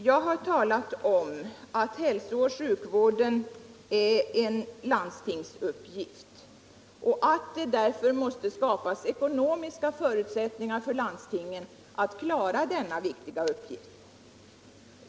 Herr talman! Jag har sagt att hälsooch sjukvården är en landstingsuppgift och att det därför måste skapas ekonomiska förutsättningar för landstingen att klara denna viktiga uppgift.